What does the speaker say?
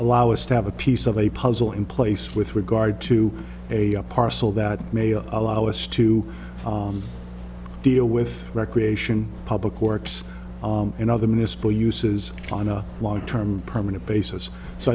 allow us to have a piece of a puzzle in place with regard to a parcel that may allow us to deal with recreation public works and other municipal uses on a long term permanent basis so